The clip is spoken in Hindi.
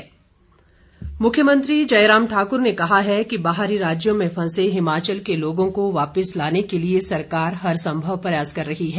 मुख्यमंत्री विशेष रेल मुख्यमंत्री जयराम ठाकर ने कहा है कि बाहरी राज्यों फंसे हिमाचल के लोगों को वापिस लाने के लिए सरकार हर संभव प्रयास कर रही है